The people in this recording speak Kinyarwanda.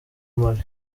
mali